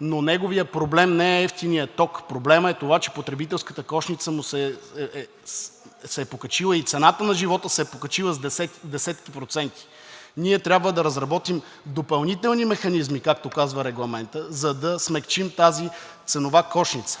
но неговият проблем не е евтиният ток. Проблемът е това, че потребителската кошница му се е покачила и цената на живота се е покачила с десетки проценти. Ние трябва да разработим допълнителни механизми, както казва Регламентът, за да смекчим тази ценова кошница.